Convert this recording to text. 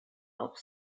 auch